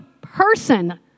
person